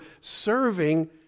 serving